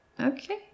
Okay